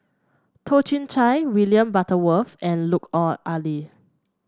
Toh Chin Chye William Butterworth and Lut Oh Ali